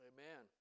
Amen